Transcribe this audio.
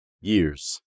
years